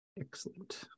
Excellent